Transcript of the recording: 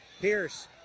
Pierce